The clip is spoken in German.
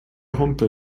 humpe